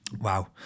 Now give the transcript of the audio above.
Wow